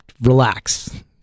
relax